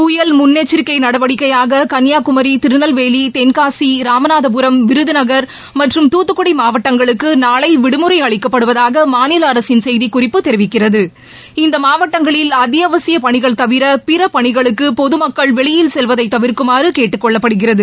புயல் முன்னெச்சரிக்கை நடவடிக்கையாக கன்னியாகுமரி திருநெல்வேலி தென்காசி ராமநாதபுரம் விருதுநகர் மற்றும் துத்துக்குடி மாவட்டங்களுக்கு நாளை விடுமுறை அளிக்கப்படுவதாக மாநில அரசின் செய்தி குறிப்பு தெரிவிக்கிறது இந்த மாவட்டங்களில் அத்தியாவசிய பணிகள் தவிர பிற பணிகளுக்கு பொதுமக்கள் வெளியில் செல்வதை தவிர்க்குமாறு கேட்டுக்கொள்ளப்படுகிறது